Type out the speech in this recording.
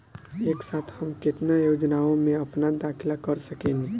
एक साथ हम केतना योजनाओ में अपना दाखिला कर सकेनी?